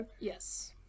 Yes